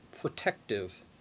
protective